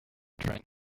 drank